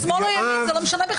יש שמאל או ימין, זה לא משנה בכלל.